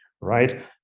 right